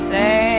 Say